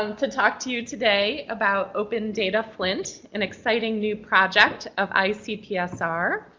um to talk to you today about open data flint, an exciting new project of icpsr.